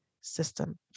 system